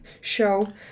show